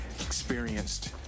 experienced